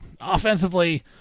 Offensively